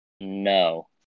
No